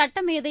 சட்டமேதை